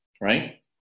right